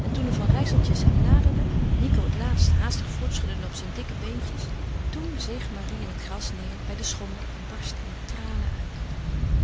en toen de van rijsseltjes hem naderden nico het laatst haastig voortschuddende op zijn dikke beentjes toen zeeg marie in het gras neêr bij den schommel en barstte in tranen uit